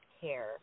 care